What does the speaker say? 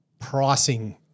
pricing